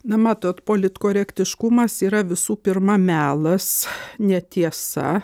na matot politkorektiškumas yra visų pirma melas netiesa